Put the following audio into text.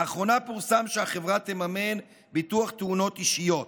לאחרונה פורסם שהחברה תממן ביטוח תאונות אישיות.